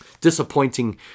disappointing